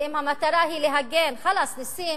ואם המטרה היא להגן, חלאס, נסים.